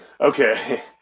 Okay